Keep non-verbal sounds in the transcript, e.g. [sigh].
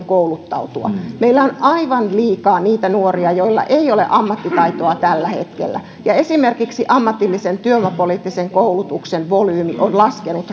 [unintelligible] kouluttautua paremmin meillä on aivan liikaa niitä nuoria joilla ei ole ammattitaitoa tällä hetkellä ja esimerkiksi ammatillisen työvoimapoliittisen koulutuksen volyymi on laskenut [unintelligible]